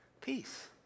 peace